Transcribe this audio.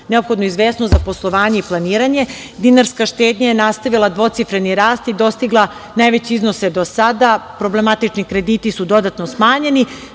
neophodnu izvesnost za poslovanje i planiranje. Dinarska štednja je nastavila dvocifreni rast i dostigla najveće iznose do sada. Problematični krediti su dodatno smanjeni.